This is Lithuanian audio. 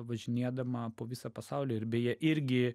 važinėdama po visą pasaulį ir beje irgi